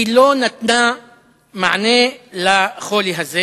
היא לא נתנה מענה לחולי הזה.